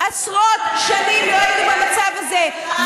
עשרות שנים לא היינו במצב הזה,